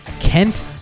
Kent